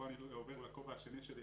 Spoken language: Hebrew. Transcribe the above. פה אני עובר לכובע השני שלי,